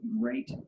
great